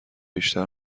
بیشتر